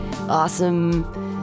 awesome